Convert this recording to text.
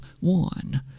One